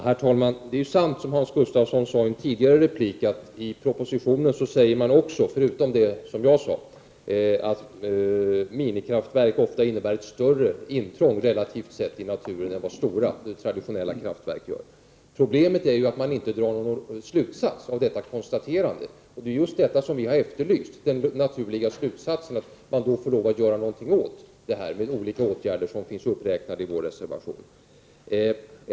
Herr talman! Det är sant, som Hans Gustafsson sade i en tidigare replik, att man i propositionen också säger — förutom det som jag sade — att minikraftverk ofta gör ett större intrång i naturen relativt sett än vad stora traditionella kraftverk gör. Problemet är ju att man inte drar någon slutsats av detta konstaterande. Vad vi har efterlyst är just den naturliga slutsatsen att man får lov att göra något åt detta med olika åtgärder som finns uppräknade i vår reservation.